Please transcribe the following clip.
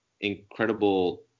incredible